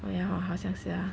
oh ya hor 好像是 ah